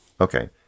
Okay